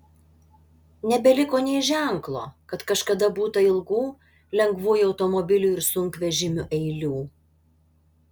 nebeliko nė ženklo kad kažkada būta ilgų lengvųjų automobilių ir sunkvežimių eilių